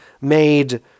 made